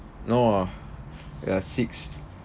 no ah ya six